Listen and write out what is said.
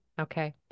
Okay